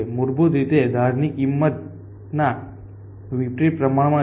મૂળભૂત રીતે તે ધારની કિંમતના વિપરીત પ્રમાણમાં છે